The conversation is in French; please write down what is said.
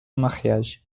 mariage